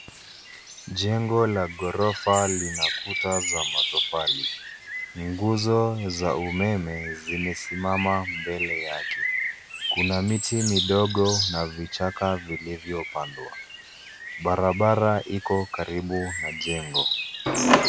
Jengo la ghorofa lina kuta za matofali. Nguzo za umeme zimesimama mbele yake. Kuna miti midogo na vichaka vilivyopandwa. Barabara iko karibu na jengo.